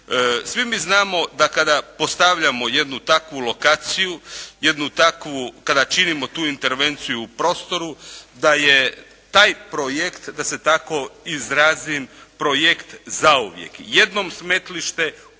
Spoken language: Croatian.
Svi mi znamo da kada postavljamo jednu takvu lokaciju, jednu takvu, kada činimo tu intervenciju u prostoru da je taj projekt, da se tako izrazim, projekt zauvijek. Jednom smetlište, uvijek